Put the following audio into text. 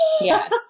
Yes